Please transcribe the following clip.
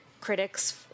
critics